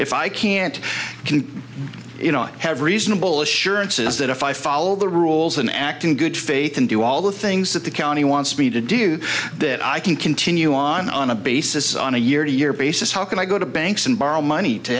if i can't can you know i have reasonable assurances that if i follow the rules and act in good faith and do all the things that the county wants me to do that i can continue on on a basis on a year to year basis how can i go to banks and borrow money to